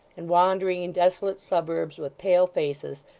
and wandering in desolate suburbs with pale faces,